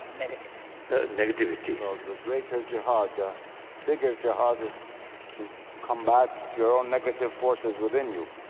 negativities negativities the greater jihad, the bigger jihad, is to combat your own negative forces within you.